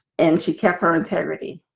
and she kept her integrity.